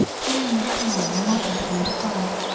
during this time the mother began to cry,